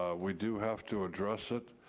we do have to address it,